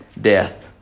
death